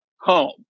home